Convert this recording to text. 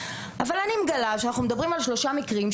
אבל אני מגלה שאנחנו מדברים על שלושה מקרים,